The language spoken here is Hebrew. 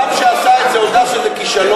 הבן-אדם שעשה את זה הודה שזה כישלון,